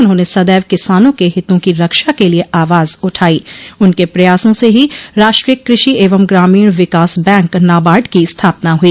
उन्होंने सदैव किसानों के हितों की रक्षा के लिये आवाज उठाई उनके प्रयासों से ही राष्ट्रीय कृषि एवं ग्रामीण विकास बैंक नाबार्ड की स्थापना हुई